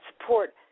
support